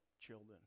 children